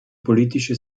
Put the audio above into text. politische